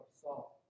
salt